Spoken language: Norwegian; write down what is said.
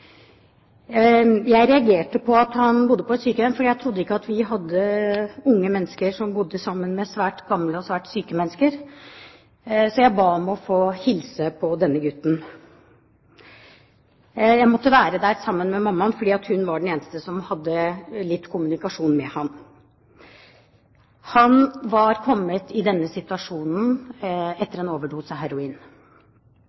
Jeg reagerte på at han bodde på et sykehjem. Jeg trodde ikke vi hadde unge mennesker som bodde sammen med svært gamle og svært syke mennesker, så jeg ba om å få hilse på denne gutten. Jeg måtte være der sammen med mammaen fordi hun var den eneste som hadde litt kommunikasjon med ham. Han var kommet i denne situasjonen